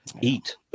eat